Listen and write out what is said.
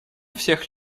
всех